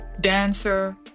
dancer